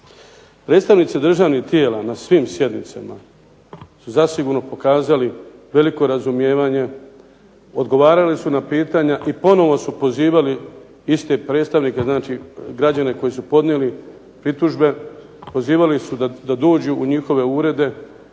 Predstavnici državnih tijela na svim sjednicama su zasigurno pokazali veliko razumijevanje, odgovarali su na pitanja i ponovno su pozivali iste predstavnike, znači građane koji su podnijeli pritužbe, pozivali su da dođu u njihove urede